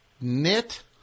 knit